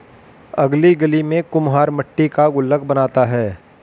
अगली गली में कुम्हार मट्टी का गुल्लक बनाता है